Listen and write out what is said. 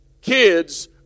kids